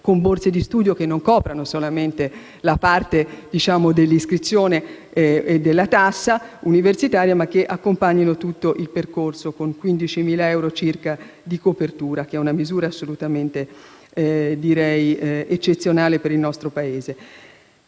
con borse di studio che non coprano soltanto la parte dell'iscrizione e della tassa universitaria, ma che accompagnino tutto il percorso, con 15.000 euro circa di copertura: è una misura direi assolutamente eccezionale per il nostro Paese.